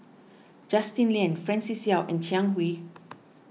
Justin Lean Francis Seow and Jiang Hu